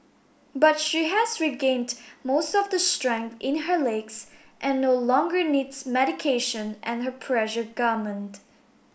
but she has regained most of the strength in her legs and no longer needs medication and her pressure garment